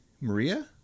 maria